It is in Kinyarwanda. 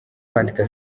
bandika